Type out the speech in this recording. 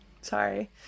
Sorry